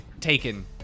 taken